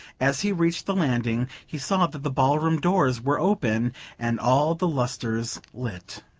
as he reached the landing he saw that the ballroom doors were open and all the lustres lit.